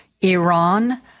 Iran